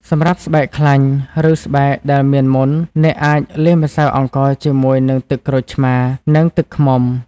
សម្រាប់ស្បែកខ្លាញ់ ឬស្បែកដែលមានមុន អ្នកអាចលាយម្សៅអង្ករជាមួយនឹងទឹកក្រូចឆ្មារ និងទឹកឃ្មុំ។